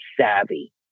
savvy